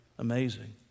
Amazing